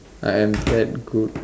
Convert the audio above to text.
I am quite good